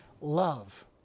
love